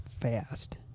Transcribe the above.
fast